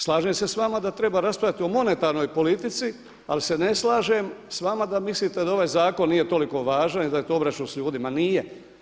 Slažem se s vama da treba raspravljati o monetarnoj politici ali se ne slažem s vama da mislite da ovaj zakon nije toliko važan i da je to obračun s ljudima, nije.